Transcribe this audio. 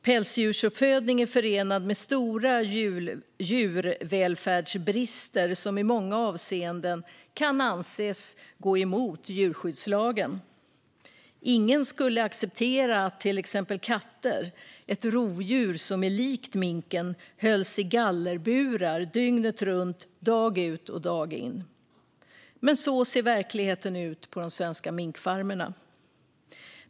Pälsdjursuppfödning är förenad med stora djurvälfärdsbrister som i många avseenden kan anses gå emot djurskyddslagen. Ingen skulle acceptera att till exempel katter, ett rovdjur som är likt minken, hölls i gallerburar dygnet runt dag ut och dag in, men så ser verkligheten ut på de svenska minkfarmerna.